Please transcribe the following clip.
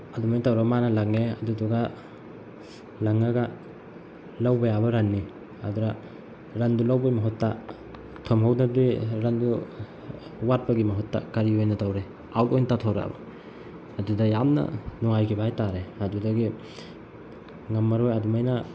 ꯑꯗꯨꯃꯥꯏꯅ ꯇꯧꯔꯒ ꯃꯥꯅ ꯂꯪꯉꯦ ꯑꯗꯨꯗꯨꯒ ꯂꯪꯉꯒ ꯂꯧꯕ ꯌꯥꯕ ꯔꯟꯅꯤ ꯑꯗꯨꯗ ꯔꯟꯗꯨ ꯂꯧꯕꯒꯤ ꯃꯍꯨꯠꯇ ꯊꯣꯝꯍꯧꯗꯕꯗꯒꯤ ꯔꯟꯗꯨ ꯋꯥꯠꯄꯒꯤ ꯃꯍꯨꯠꯇ ꯀꯔꯤ ꯑꯣꯏꯅ ꯇꯧꯔꯦ ꯑꯥꯎꯠ ꯑꯣꯏꯅ ꯇꯥꯊꯣꯔꯛꯑꯕ ꯑꯗꯨꯗ ꯌꯥꯝꯅ ꯅꯨꯡꯉꯥꯏꯈꯤꯕ ꯍꯥꯏ ꯇꯔꯦ ꯑꯗꯨꯗꯒꯤ ꯉꯝꯃꯔꯣꯏ ꯑꯗꯨꯃꯥꯏꯅ